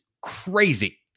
crazy